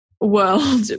world